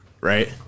right